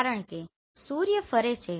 કારણ કે સુર્ય ફરે છે